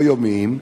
או יומיים,